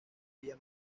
vía